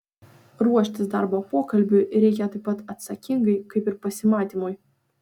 ruoštis darbo pokalbiui reikia taip pat atsakingai kaip ir pasimatymui